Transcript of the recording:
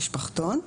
משפחתון.